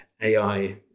AI